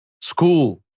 school